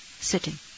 sitting